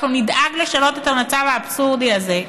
אנחנו נדאג לשנות את המצב האבסורדי הזה,